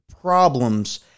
problems